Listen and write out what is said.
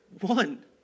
one